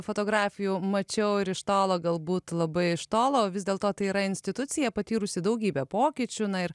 fotografijų mačiau ir iš tolo galbūt labai iš tolo vis dėlto tai yra institucija patyrusi daugybę pokyčių na ir